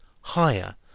higher